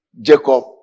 Jacob